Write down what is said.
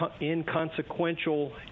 inconsequential